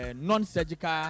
non-surgical